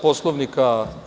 Poslovnika.